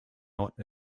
not